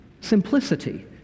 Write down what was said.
Simplicity